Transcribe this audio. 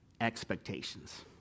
expectations